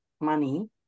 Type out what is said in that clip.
money